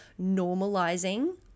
normalizing